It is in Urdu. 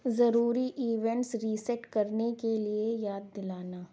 ضروری ایوینٹس ریسیٹ کرنے کے لیے یاد دلانا